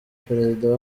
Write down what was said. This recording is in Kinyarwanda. perezida